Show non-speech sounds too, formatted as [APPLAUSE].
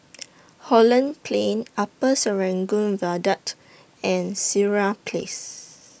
[NOISE] Holland Plain Upper Serangoon Viaduct and Sireh Place